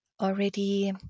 already